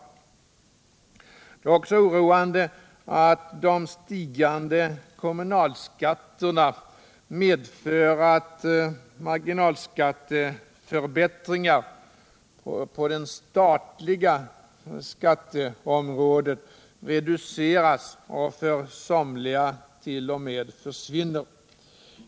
Det är också oroande att de stigande kommunalskatterna medför att marginalskatteförbättringar på det statliga skatteområdet reduceras och för somliga t.o.m. försvinner.